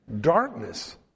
darkness